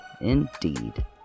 indeed